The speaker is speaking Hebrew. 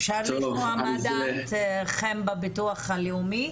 אפשר לשמוע מה דעתכם בביטוח הלאומי